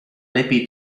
lepiej